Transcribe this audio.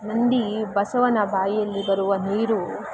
ನಂದಿ ಬಸವನ ಬಾಯಿಯಲ್ಲಿ ಬರುವ ನೀರು